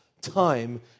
time